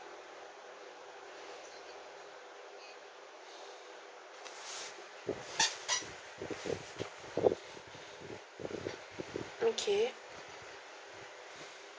okay